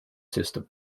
system